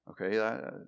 Okay